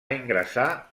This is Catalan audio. ingressar